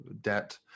debt